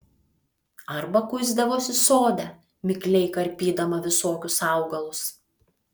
arba kuisdavosi sode mikliai karpydama visokius augalus